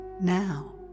now